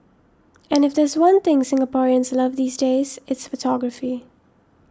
and if there's one thing Singaporeans love these days it's photography